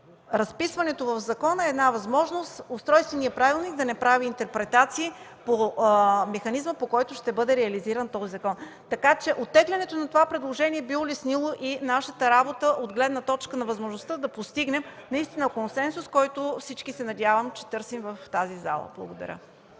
Разписването в закона е една възможност Устройственият правилник да не прави интерпретации по механизма, по който ще бъде реализиран този закон. Така че оттеглянето на това предложение би улеснило и нашата работа от гледна точка на възможността да постигнем наистина консенсус, който всички, надявам се, търсим в тази зала. Благодаря.